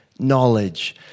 Knowledge